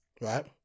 right